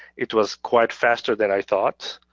it was quite faster than i thought,